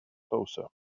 closer